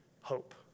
hope